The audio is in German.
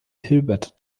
hilbert